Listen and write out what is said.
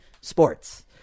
sports